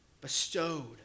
bestowed